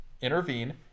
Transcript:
intervene